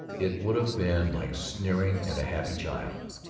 it would have been like sneering at a happy child.